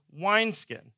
wineskin